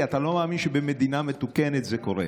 כי אתה לא מאמין שבמדינה מתוקנת זה קורה.